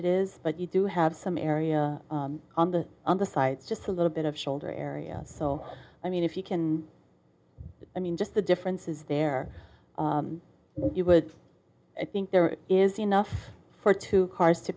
it is but you do have some area on the other side just a little bit of shoulder area so i mean if you can i mean just the difference is there you would i think there is enough for two cars to